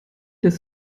des